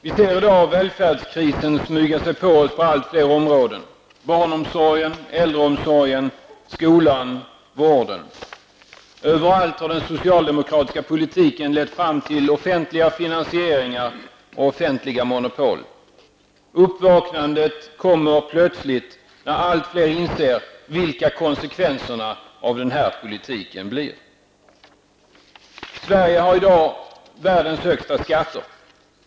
Vi ser i dag välfärdskrisen smyga sig på oss på allt fler områden: Barnomsorgen, äldreomsorgen, skolan och vården. Överallt har den socialdemokratiska politiken lett fram till offentliga finansieringar och offentliga monopol. Uppvaknandet kommer plötsligt när allt fler inser vilka konsekvenserna av denna politik blir. Sverige har i dag världens högsta skatter.